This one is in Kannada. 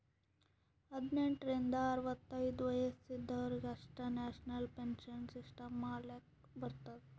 ಹದ್ನೆಂಟ್ ರಿಂದ ಅರವತ್ತೈದು ವಯಸ್ಸ ಇದವರಿಗ್ ಅಷ್ಟೇ ನ್ಯಾಷನಲ್ ಪೆನ್ಶನ್ ಸಿಸ್ಟಮ್ ಮಾಡ್ಲಾಕ್ ಬರ್ತುದ